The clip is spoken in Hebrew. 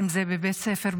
אם זה בבית ספר,